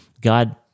God